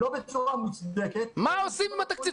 לא בצורה מוצדקת --- מה עושים עם התקציב?